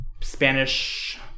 Spanish